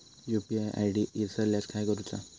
UPI ID इसरल्यास काय करुचा?